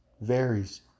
varies